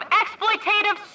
exploitative